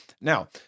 Now